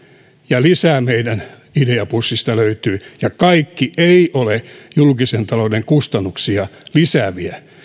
ja meidän ideapussistamme löytyy lisää ja kaikki eivät ole julkisen talouden kustannuksia lisääviä